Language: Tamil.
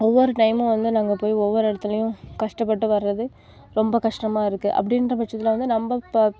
ஒவ்வொரு டைமும் வந்து நாங்கள் போய் ஒவ்வொரு இடத்துலயும் கஷ்டப்பட்டு வறது ரொம்ப கஷ்டமாக இருக்குது அப்படின்றபட்சத்துல வந்து நம்ம இப்போது